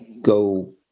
go